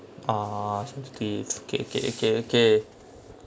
ah sensitive okay okay okay okay